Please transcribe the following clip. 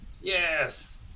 Yes